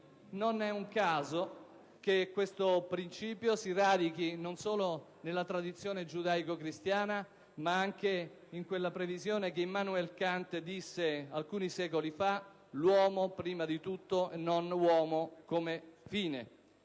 Non è un caso che questo principio si radichi non solo nella tradizione giudaico-cristiana, ma anche in quella previsione che Immanuel Kant teorizzò alcuni secoli fa: l'uomo prima di tutto e non l'uomo come fine.